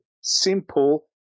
simple